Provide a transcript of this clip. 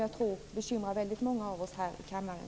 Jag tror att den bekymrar väldigt många av oss här i kammaren.